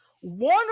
one